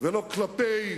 ולא כלפי